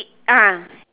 ah